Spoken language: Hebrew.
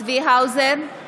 צבי האוזר,